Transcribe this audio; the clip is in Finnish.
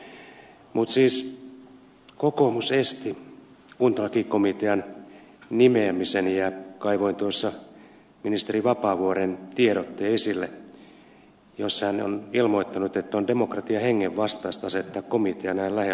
mutta siis kokoomus esti kuntalakikomitean nimeämisen ja kaivoin tuossa esille ministeri vapaavuoren tiedotteen jossa hän on ilmoittanut että on demokratian hengen vastaista asettaa komitea näin lähellä vaaleja